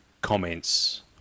comments